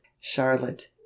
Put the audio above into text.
charlotte